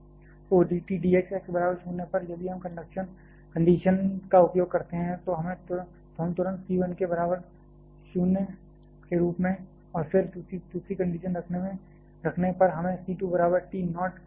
तो d T d x x बराबर 0 पर यदि हम कंडीशन का उपयोग करते हैं तो हम तुरंत c 1 के बराबर 0 के रूप में और फिर दूसरी कंडीशन रखने पर हमें c 2 बराबर T नोट मिलता है